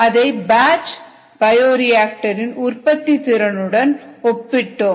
அதை batch bioreactor இன் உற்பத்தி திறனுடன் ஒப்பிட்டோம்